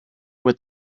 with